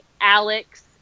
Alex